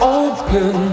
open